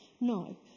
No